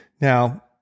Now